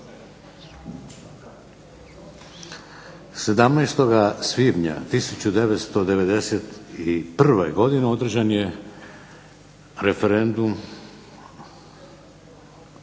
17. svibnja 1991. godine održan je referendum